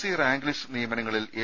C rank list നിയമനങ്ങളിൽ L